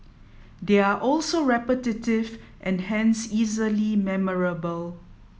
they are also repetitive and hence easily memorable